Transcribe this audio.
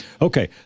Okay